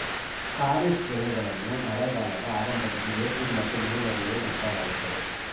ಖಾರಿಫ್ ಬೆಳೆಗಳನ್ನು ಮಳೆಗಾಲದ ಆರಂಭದಲ್ಲಿ ಏಪ್ರಿಲ್ ಮತ್ತು ಮೇ ನಡುವೆ ಬಿತ್ತಲಾಗುತ್ತದೆ